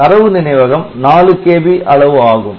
தரவு நினைவகம் 4KB அளவு ஆகும்